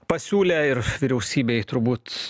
pasiūlė ir vyriausybei turbūt